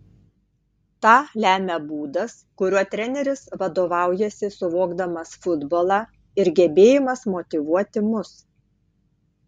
tą lemia būdas kuriuo treneris vadovaujasi suvokdamas futbolą ir gebėjimas motyvuoti mus